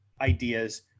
ideas